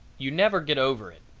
you never get over it.